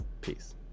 Peace